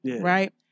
Right